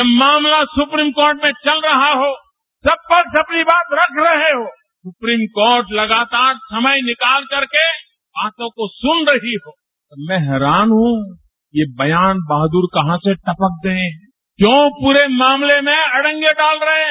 जब मामला supreme court में चल रहा हो सबपक्ष अपनी बात रख रहे हों सुप्रीम कोर्ट लगातार समय निकाल करके बातों को सुन रही होतो मैं हैरान हूँ ये बयान बहादुर कहां से टपक गये क्यों पूरे मामले में अड़ंगे डाल रहे हैं